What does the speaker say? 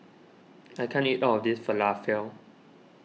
I can't eat all of this Falafel